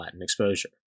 exposure